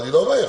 אני לא יודע,